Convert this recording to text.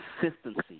consistency